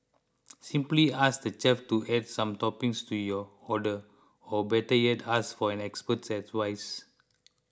simply ask the chef to add some toppings to your order or better yet ask for an expert's advice